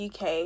uk